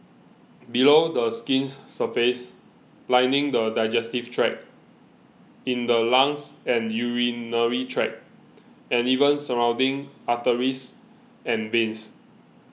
below the skin's surface lining the digestive tract in the lungs and urinary tract and even surrounding arteries and veins